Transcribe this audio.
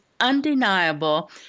undeniable